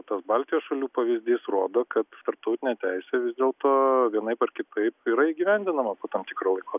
tas baltijos šalių pavyzdys rodo kad tarptautinė teisė vis dėlto vienaip ar kitaip yra įgyvendinama po tam tikro laiko